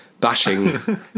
bashing